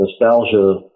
nostalgia